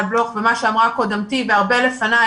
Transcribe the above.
בלוך ומה שאמרה קודמתי והרבה לפני,